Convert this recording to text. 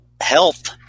health